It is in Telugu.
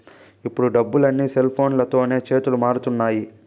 ఇప్పుడు డబ్బులు అన్నీ సెల్ఫోన్లతోనే చేతులు మారుతున్నాయి